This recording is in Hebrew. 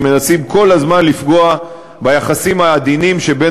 שמנסים כל הזמן לפגוע ביחסים העדינים שבין